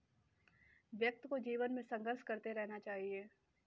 व्यक्ति को जीवन में संघर्ष करते रहना चाहिए